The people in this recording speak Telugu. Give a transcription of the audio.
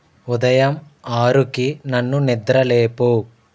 ఉదయం ఆరుకి నన్ను నిద్ర లేపు